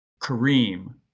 Kareem